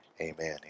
Amen